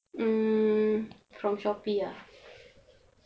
um from Shopee ah